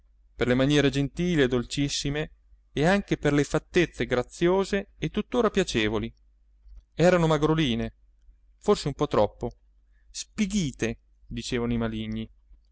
per le maniere gentili e dolcissime e anche per le fattezze graziose e tuttora piacevoli erano magroline forse un po troppo spighite dicevano i maligni